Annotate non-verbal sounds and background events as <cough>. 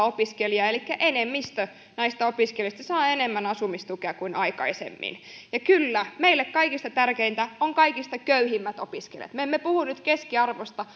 <unintelligible> opiskelijaa elikkä enemmistö näistä opiskelijoista saa enemmän asumistukea kuin aikaisemmin ja kyllä meille kaikista tärkeintä on kaikista köyhimmät opiskelijat me emme puhu nyt keskiarvosta <unintelligible>